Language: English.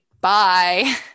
bye